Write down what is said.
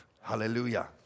Hallelujah